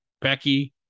Becky